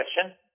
question